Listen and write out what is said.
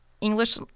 English